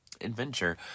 adventure